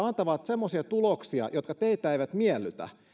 antavat semmoisia tuloksia jotka teitä eivät miellytä